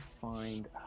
find